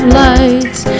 lights